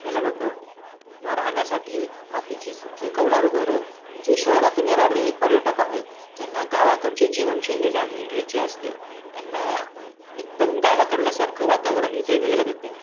दिलं जातं किंवा राहण्यासाठी मातीची स्व अशी कौलारू घरं जी शहरातून येणारे पर्यटक आहेत ज्यांना गावाकडची जीवनशैली जाणून घ्यायची असते त्यांना एकदम गावाकडलं सारखं वातावरण इथे दिलं जातं